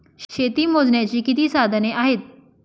शेती मोजण्याची किती साधने आहेत?